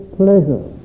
pleasure